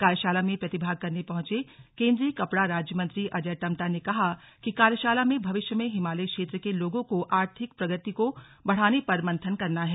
कार्यशाला में प्रतिभाग करने पहुंचे केंद्रीय कपड़ा राज्य मंत्री अजय टम्टा ने कहा कि कार्यशाला में भविष्य में हिमालयी क्षेत्र के लोगों को आर्थिक प्रगति को बढ़ाने पर मंथन करना है